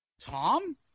tom